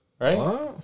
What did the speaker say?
Right